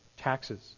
taxes